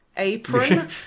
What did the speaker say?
apron